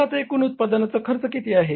तर आता एकूण उत्पादन खर्च किती आहे